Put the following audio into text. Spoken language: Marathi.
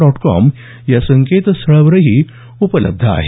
डॉट कॉम या संकेतस्थळावरही उपलब्ध आहे